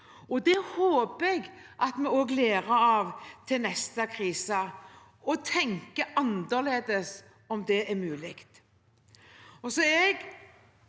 og det håper jeg at vi også lærer av til neste krise og tenker annerledes, om det er mulig. Jeg er glad